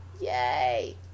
yay